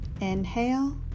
inhale